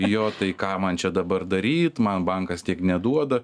jo tai ką man čia dabar daryt man bankas tiek neduoda